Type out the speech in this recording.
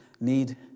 need